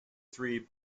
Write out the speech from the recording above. three